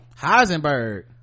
heisenberg